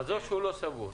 עזוב שהוא לא סבור.